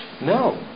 No